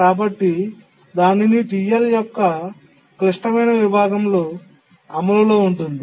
కాబట్టి దానిని యొక్క క్లిష్టమైన విభాగంలో అమలులో ఉంటుంది